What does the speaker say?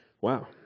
wow